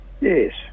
Yes